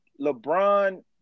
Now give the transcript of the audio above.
LeBron